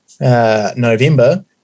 November